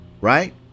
right